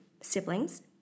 siblings